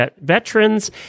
veterans